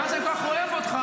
מכיוון שאני כל כך אוהב אותך,